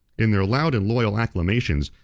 in their loud and loyal acclamations,